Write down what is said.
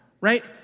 right